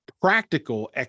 practical